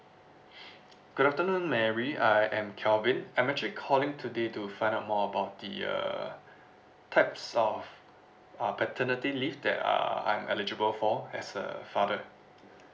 good afternoon mary I am calvin I'm actually calling today to find out more about the uh types of uh paternity leave that uh I'm eligible for as a father